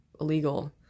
illegal